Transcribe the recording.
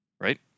Right